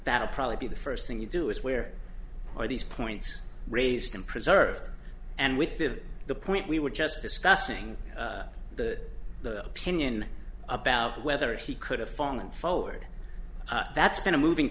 that'll probably be the first thing you do is where are these points raised and preserved and with it the point we were just discussing that the opinion about whether he could have fallen forward that's been a moving